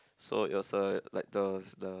so it was uh like the the